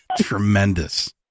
Tremendous